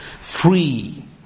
Free